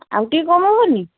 ଆଉ ଟିକେ କମ୍ ହେବନି